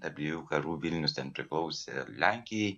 abiejų karų vilnius ten priklausė lenkijai